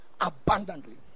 abundantly